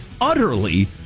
utterly